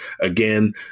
Again